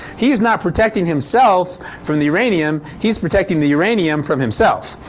he's not protecting himself from the uranium he's protecting the uranium from himself.